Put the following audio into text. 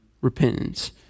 repentance